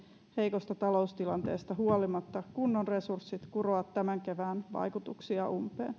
heikosta taloustilanteesta huolimatta kunnon resurssit kuroa tämän kevään vaikutuksia umpeen